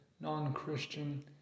non-Christian